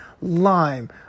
lime